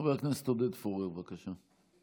חבר הכנסת עודד פורר, בבקשה.